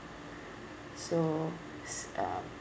so s~ uh